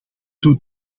doet